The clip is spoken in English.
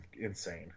insane